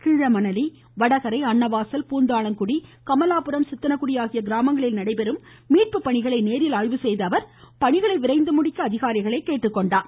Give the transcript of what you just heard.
கீழமணலி வடகரை அன்னவாசல் பூந்தாளக்குடி கமலாபுரம் சித்தனக்குடி ஆகிய கிராமங்களில் நடைபெறும் மீட்பு பணிகளையும் நேரில் ஆய்வு செய்த அமைச்சர் பணிகளை விரைந்து முடிக்க அதிகாரிகளை அறிவுறுத்தினார்